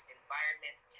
environments